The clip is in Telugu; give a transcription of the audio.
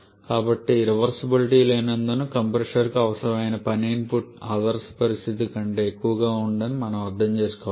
కాబట్టి రివర్సీబులిటీ లేనందున కంప్రెషర్కు అవసరమైన పని ఇన్పుట్ ఆదర్శ పరిస్థితి కంటే ఎక్కువగా ఉందని మనం అర్థం చేసుకోవాలి